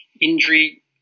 injury